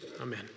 Amen